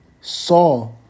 saw